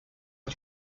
est